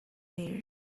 there